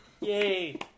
Yay